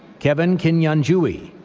kevin kinyanjui.